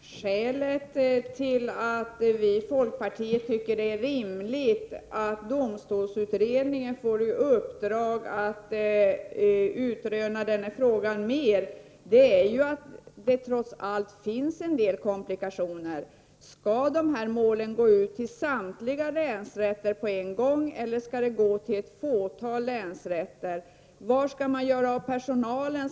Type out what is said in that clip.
Herr talman! Skälet till att vi i folkpartiet tycker att det är rimligt att domstolsutredningen får i uppdrag att studera denna fråga mer är att det finns en del komplikationer. Skall dessa mål gå till samtliga länsrätter på en gång, eller skall de gå till ett fåtal länsrätter? Var skall man göra av personalen?